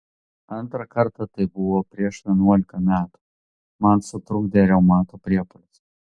antrą kartą tai buvo prieš vienuolika metų man sutrukdė reumato priepuolis